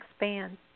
expand